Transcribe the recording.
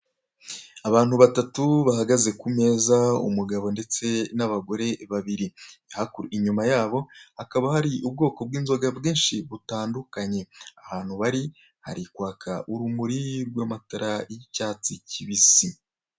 Abantu batatu bahagaze ku meza umugabo umwe n'abagore babiri inyuma yabo hakaba hari ubwoko bw'inzoga bwinshi butandukanye, ahantu bari hari kwaka urumuri rw'amatara y'icyatsi kibisi.